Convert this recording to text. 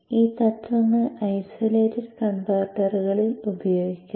ഈ തത്വങ്ങൾ ഐസൊലേറ്റഡ് കൺവെർട്ടറുകളിൽ ഉപയോഗിക്കാം